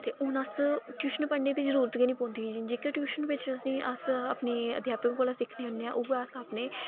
हून अस टयूशन पढ़नें दा जरूरत गै निं पौंदी जेह्के टयूशन बिच असें ई अस अपनी अध्यापक कोलूं उ'ऐ अस अपने